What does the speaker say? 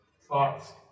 thoughts